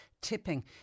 tipping